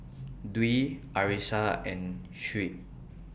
Dwi Arissa and Shuib